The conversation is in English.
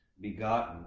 begotten